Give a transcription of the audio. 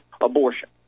abortion